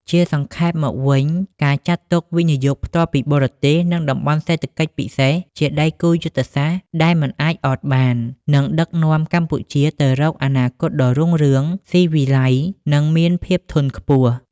ជាសង្ខេបមកវិញ ការចាត់ទុក វិនិយោគផ្ទាល់ពីបរទេស និង តំបន់សេដ្ឋកិច្ចពិសេស ជាដៃគូយុទ្ធសាស្ត្រដែលមិនអាចអត់បាន នឹងដឹកនាំកម្ពុជាទៅរកអនាគតដ៏រុងរឿង ស៊ីវិល័យ និងមានភាពធន់ខ្ពស់។